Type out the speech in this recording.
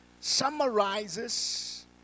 summarizes